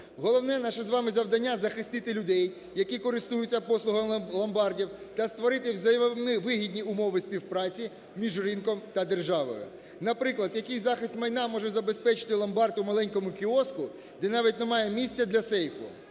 Головне наше з вами завдання – захистити людей, які користуються послугами ломбардів та створити взаємовигідні умови співпраці між ринком та державою. Наприклад, який захист майна може забезпечити ломбард у маленькому кіоску, де навіть немає місця для сейфу?